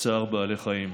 צער בעלי חיים.